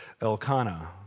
Elkanah